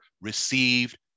received